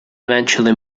eventually